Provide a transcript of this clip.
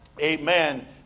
amen